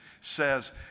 says